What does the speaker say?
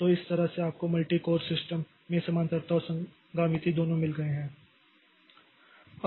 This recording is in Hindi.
तो इस तरह से आपको मल्टी कोर सिस्टम में समानांतरता और संगामिति दोनों मिल गए हैं